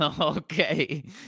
Okay